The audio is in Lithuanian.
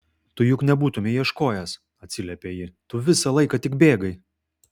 tu juk nebūtumei ieškojęs atsiliepia ji tu visą laiką tik bėgai